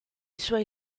suoi